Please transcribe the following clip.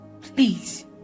please